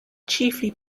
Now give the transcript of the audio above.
chiefly